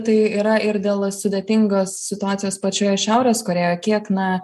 tai yra ir dėl sudėtingos situacijos pačioje šiaurės korėjoj kiek na